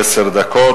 עשר דקות.